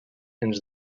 ens